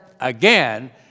again